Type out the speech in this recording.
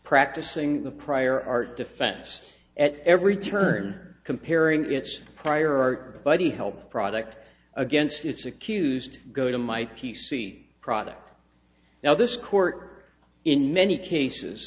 practicing the prior art defense at every turn comparing its prior art by the help product against its accused go to my t c product now this court in many cases